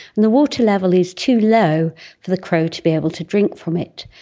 and the water level is too low for the crow to be able to drink from it.